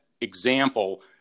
example